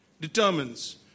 determines